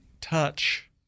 touch